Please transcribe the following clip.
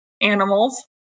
animals